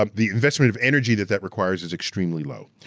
um the investment of energy that that requires is extremely low.